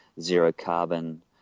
zero-carbon